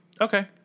Okay